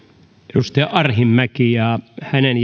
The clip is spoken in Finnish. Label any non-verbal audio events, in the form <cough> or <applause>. edustaja arhinmäki ja hänen <unintelligible>